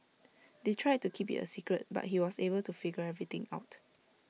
they tried to keep IT A secret but he was able to figure everything out